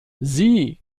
sie